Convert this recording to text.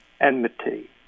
enmity